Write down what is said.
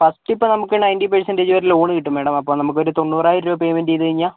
first ഇപ്പം നമുക്ക് ninety percentage വരെ ലോൺ കിട്ടും മാഡം അപ്പോൾ നമുക്കൊരു തൊണ്ണൂറായിരം രൂപ പേയ്മെന്റ് ചെയ്തുകഴിഞ്ഞാൽ